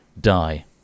die